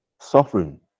suffering